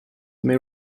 may